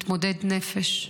מתמודד נפש.